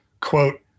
quote